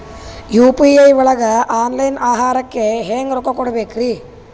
UPI ಒಳಗ online ಆಹಾರಕ್ಕೆ ಹೆಂಗ್ ರೊಕ್ಕ ಕೊಡಬೇಕ್ರಿ?